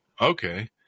okay